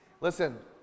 Listen